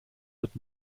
wird